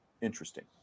interesting